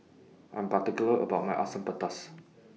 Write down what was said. I'm particular about My Asam Pedas